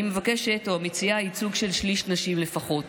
אני מבקשת או מציעה ייצוג של שליש נשים לפחות.